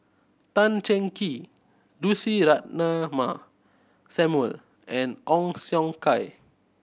Tan Cheng Kee Lucy Ratnammah Samuel and Ong Siong Kai